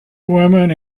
women